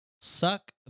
suck